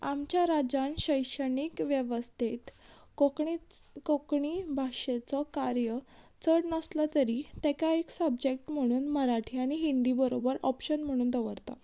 आमच्या राज्यान शैक्षणीक वेवस्थेंत कोंकणीच कोंकणी भाशेचो कार्य चड नासलो तरी तेका एक सब्जॅक्ट म्हणून मराठी आनी हिंदी बरोबर ऑप्शन म्हणून दवरता